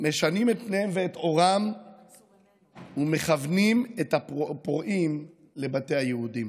משנים את פניהם ואת עורם ומכוונים את הפורעים לבתי היהודים.